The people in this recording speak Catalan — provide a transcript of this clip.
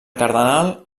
cardenal